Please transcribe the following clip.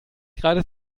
gerade